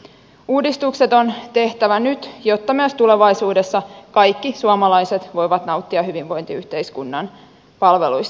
uudistukset on tehtävä nyt jotta myös tulevaisuudessa kaikki suomalaiset voivat nauttia hyvinvointiyhteiskunnan palveluista